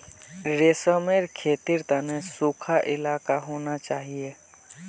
रेशमेर खेतीर तने सुखा इलाका होना चाहिए